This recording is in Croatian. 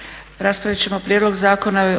raspravu. O prijedlogu zakona